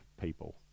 people